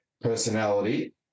personality